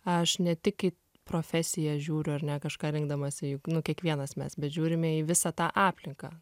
aš ne tik į profesiją žiūriu ar ne kažką rinkdamasi juk nu kiekvienas mes bet žiūrime į visą tą aplinką